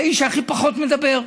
האיש שהכי פחות מדבר,